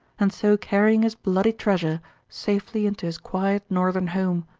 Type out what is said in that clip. and so carrying his bloody treasure safely into his quiet northern home.